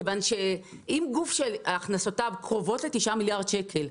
מכיוון שאם גוף שהכנסותיו קרובות ל-9 מיליארד שקל,